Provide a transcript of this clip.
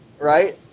right